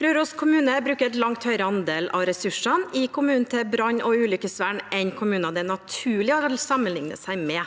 Røros kommune bruker en langt høyere andel av ressursene i kommunen til brann- og ulykkesvern enn kommuner det er naturlig å sammenligne med.